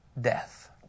death